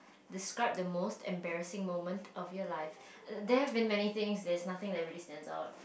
describe the most embarrassing moment of your life there have been many things there's nothing that really stands out